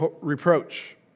reproach